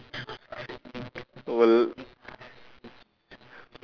wal~